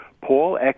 Paul